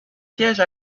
siège